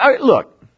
Look